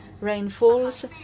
rainfalls